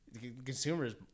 consumers